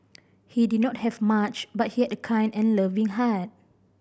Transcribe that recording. he did not have much but he had a kind and loving heart